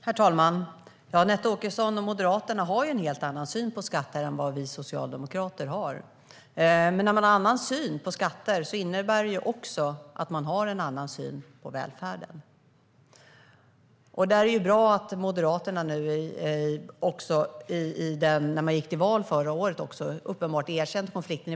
Herr talman! Anette Åkesson och Moderaterna har en helt annan syn på skatter än vad vi socialdemokrater har, och har man en annan syn på skatter innebär det också att man har en annan syn på välfärden. Därför är det bra att Moderaterna när man gick till val förra året också uppenbart erkände konflikten.